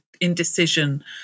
indecision